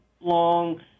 long